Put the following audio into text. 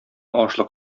ашлык